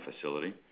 facility